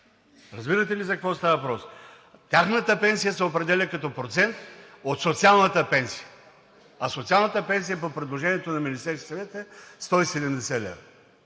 Разбирате ли за какво става въпрос? Тяхната пенсия се определя като процент от социалната пенсия, а социалната пенсия по предложението на Министерския съвет е 170 лв.